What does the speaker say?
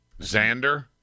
Xander